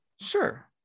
Sure